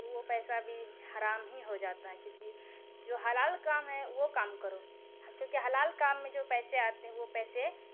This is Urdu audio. وہ پیسہ بھی حرام ہی ہو جاتا ہے کیونکہ جو حلال کام ہے وہ کام کرو کیونکہ حلال کام میں جو پیسے آتے ہیں وہ پیسے